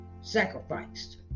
sacrificed